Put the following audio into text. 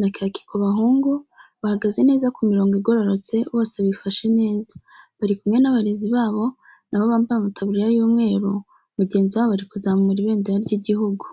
na kaki ku bahungu bahagaze neza ku mirongo igororotse bose bifashe neza bari kumwe n'abarezi babo nabo bambaye amataburiya y'umweru mugenzi wabo ari kuzamura ibendera ry'igihugu.